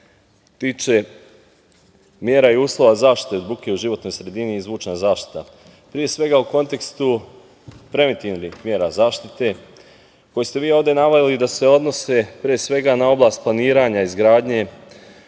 tiče mira i uslova zaštite od buke u životnoj sredini i zvučna zaštita. Pre svega, u kontekstu preventivnih mera zaštite koje ste vi ovde naveli da se odnose na oblast planiranja izgradnje,